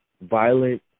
violent